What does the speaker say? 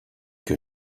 que